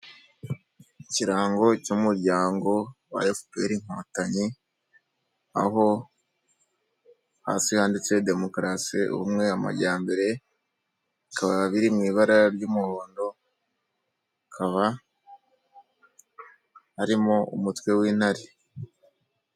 Ikirango cy'umuryango wa efuperi inkotanyi, aho hasi handitse demokarasi, ubumwe amajyambere bikaba biri mu ibara ry'umuhondo hakaba harimo umutwe w'intare.